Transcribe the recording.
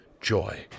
joy